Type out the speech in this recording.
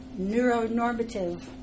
neuronormative